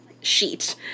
sheet